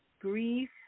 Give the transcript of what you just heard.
grief